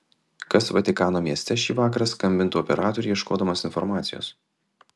kas vatikano mieste šį vakarą skambintų operatoriui ieškodamas informacijos